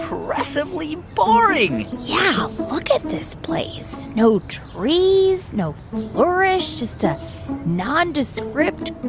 impressively boring yeah, look at this place no trees, no flourish, just a nondescript,